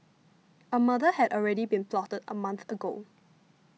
a murder had already been plotted a month ago